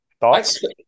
thoughts